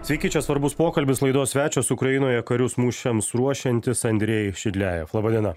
sveiki čia svarbus pokalbis laidos svečias ukrainoje karius mūšiams ruošiantis andrej šildiajev laba diena